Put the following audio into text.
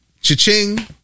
cha-ching